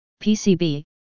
PCB